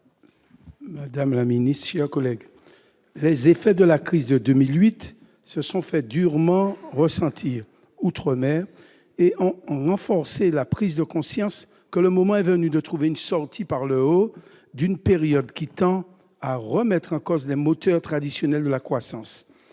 madame la secrétaire d'État, chers collègues, les effets de la crise de 2008 se sont fait durement sentir outre-mer, où ils ont renforcé la prise de conscience suivante : le moment est venu de trouver les moyens de sortir, par le haut, d'une période qui tend à remettre en cause les moteurs traditionnels de la croissance.